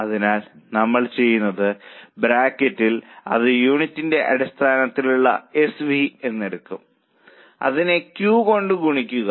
അതിനാൽ നമ്മൾ ചെയ്യുന്നത് ബ്രാക്കറ്റിൽ അത് യൂണിറ്റ് അടിസ്ഥാനത്തിലുള്ള എസ് വി എന്നെടുക്കും അതിനെ ക്യു കൊണ്ട് ഗുണിക്കുക